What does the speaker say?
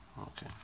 Okay